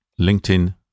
LinkedIn